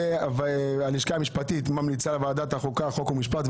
הלשכה המשפטית ממליצה לוועדת החוקה, חוק ומשפט.